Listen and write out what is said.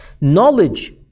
Knowledge